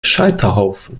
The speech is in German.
scheiterhaufen